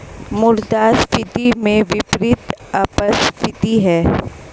मुद्रास्फीति के विपरीत अपस्फीति है